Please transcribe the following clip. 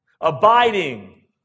abiding